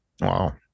Wow